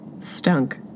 stunk